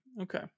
Okay